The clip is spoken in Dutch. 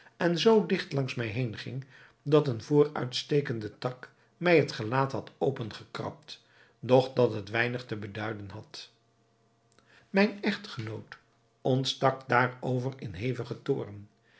en zoo digt langs mij heen ging dat een vooruitstekende tak mij het gelaat had opengekrabt doch dat het weinig te beduiden had mijn echtgenoot ontstak daarover in hevigen toorn